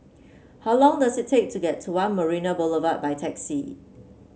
how long does it take to get to One Marina Boulevard by taxi